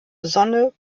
sonne